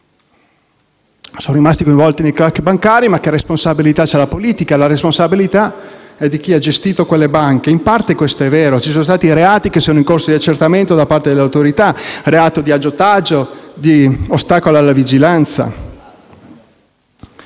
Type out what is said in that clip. sono rimasti coinvolti, ma qual è la responsabilità della politica? La responsabilità è di chi ha gestito quelle banche. In parte, ciò è vero. Ci sono stati reati che sono in corso di accertamento da parte delle autorità: reato di aggiotaggio e di ostacolo alla vigilanza.